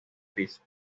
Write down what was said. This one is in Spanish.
piso